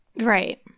Right